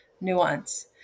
nuance